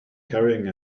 carrying